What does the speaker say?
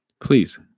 please